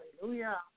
Hallelujah